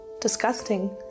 disgusting